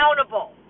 accountable